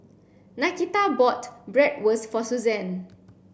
Nakita bought Bratwurst for Susanne